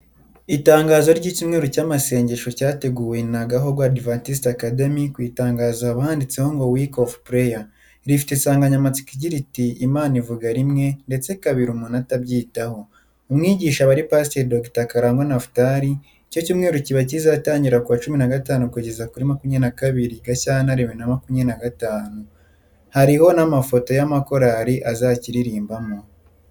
Itangazo ry'icyumweru cy'amasengesho cyateguwe na Gahogo Adventist Academy, ku itangazo haba handitse ngo:"Week of prayer." Rifite insanganyamatsiko igira iti: "Imana ivuga rimwe, ndetse kabiri umuntu atabyitaho." Umwigisha aba ari Pasiteri Dr Karangwa Naphtali, icyo cyumweru kiba kizatangira ku wa 15 kugeza 22 Gashyantare 2025, hariho n'amafoto y'amakorari azaririmbamo.